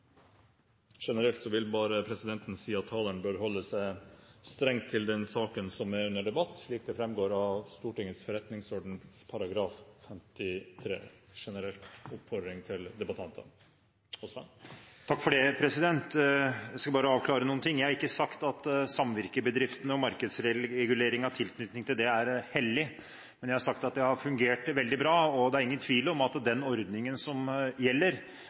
Generelt vil presidenten si at talerne bør holde seg strengt til den saken som er under debatt, slik det framgår av Stortingets forretningsorden § 53 – en generell oppfordring til debattantene. Jeg skal bare avklare noen ting: Jeg har ikke sagt at samvirkebedriftene og markedsreguleringen i tilknytning til denne er hellig. Jeg har sagt at det har fungert veldig bra. Det er ingen tvil om at den ordningen som gjelder,